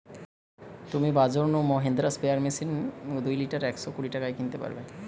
তুমি বাজর নু মহিন্দ্রা মিনি স্প্রেয়ার মেশিন দুই লিটার একশ কুড়ি টাকায় কিনতে পারবে